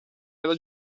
era